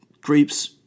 grapes